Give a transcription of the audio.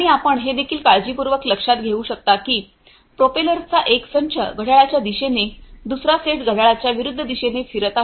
आणि आपण हे देखील काळजीपूर्वक लक्षात घेऊ शकता की प्रोपेलर्सचा एक संच घड्याळाच्या दिशेने दुसरा सेट घड्याळाच्या विरुद्धदिशेने फिरत आहे